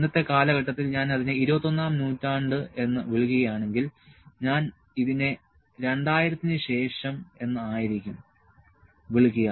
ഇന്നത്തെ കാലഘട്ടത്തിൽ ഞാൻ അതിനെ 21 ആം നൂറ്റാണ്ട് എന്ന് വിളിക്കുകയാണെങ്കിൽ ഞാൻ ഇതിനെ 2000 ന് ശേഷം എന്ന് ആയിരിക്കും വിളിക്കുക